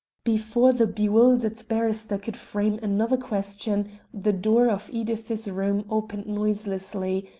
before the bewildered barrister could frame another question the door of edith's room opened noiselessly,